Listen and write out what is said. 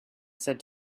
said